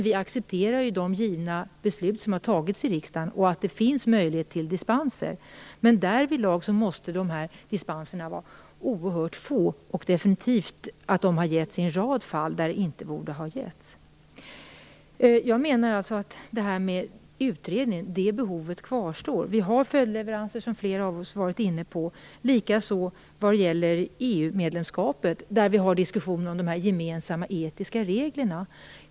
Vi accepterar dock de beslut som har tagits i riksdagen och att det finns möjlighet till dispenser. Men dispenserna måste vara mycket få. De har givits i en rad fall där de inte borde ha givits. Behovet av en utredning kvarstår. Vi har följdleveranser; det har flera av oss varit inne på. När det gäller EU-medlemskapet har vi diskussionen angående de gemensamma etiska reglerna.